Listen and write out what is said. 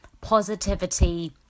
positivity